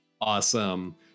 Awesome